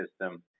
system